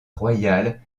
royale